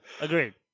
Agreed